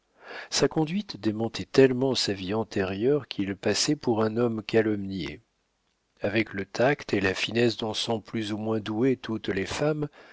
sa conduite démentait tellement sa vie antérieure qu'il passait pour un homme calomnié avec le tact et la finesse dont sont plus ou moins douées toutes les femmes